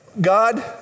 God